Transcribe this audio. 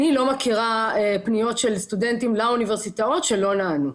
אני לא מכירה פניות של סטודנטים לאוניברסיטאות שלא נענו.